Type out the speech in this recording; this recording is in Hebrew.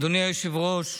אדוני היושב-ראש,